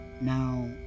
now